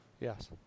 Yes